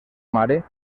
mare